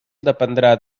dependrà